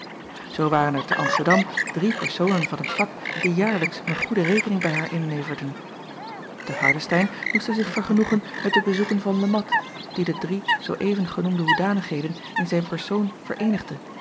oo waren er te msterdam drie personen van t vak die acob van ennep laasje evenster delen jaarlijks een goede rekening bij haar inleverden e ardestein moest zij zich vergenoegen met de bezoeken van e at die de drie zoo even genoemde hoedanigheden in zijn persoon vereenigde